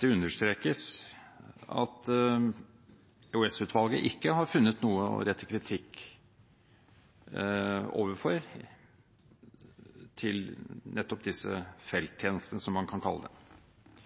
det understrekes at EOS-utvalget ikke har funnet noe å rette kritikk mot til nettopp disse felttjenestene, som man kan kalle det.